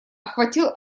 охватил